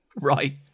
Right